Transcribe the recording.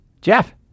Jeff